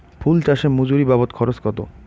ফুল চাষে মজুরি বাবদ খরচ কত?